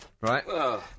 right